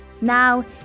Now